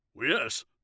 Yes